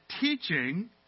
teaching